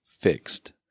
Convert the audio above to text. fixed